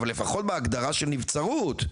אבל לפחות בהגדרה של נבצרות,